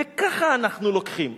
וככה אנחנו לוקחים.